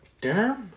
Dinner